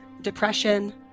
depression